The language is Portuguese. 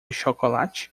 chocolate